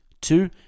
Two